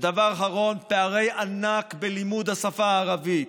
ודבר אחרון, פערי ענק בלימוד השפה הערבית.